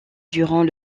durant